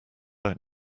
out